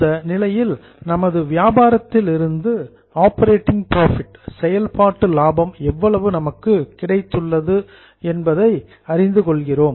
இந்த நிலையில் நமது வியாபாரத்தில் இருந்து ஆப்பரேட்டிங் புரோஃபிட் செயல்பாட்டு லாபம் எவ்வளவு நமக்கு கிடைத்துள்ளது என்பதை அறிந்து கொள்கிறோம்